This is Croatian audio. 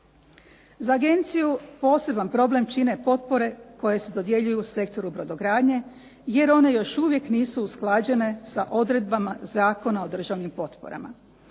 Za agenciju poseban problem čine potpore koje se dodjeljuju u sektoru brodogradnje, jer još uvijek nisu usklađene sa odredbama Zakona o državnim potporama.